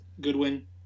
Goodwin